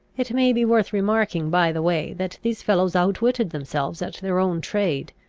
it may be worth remarking by the way, that these fellows outwitted themselves at their own trade.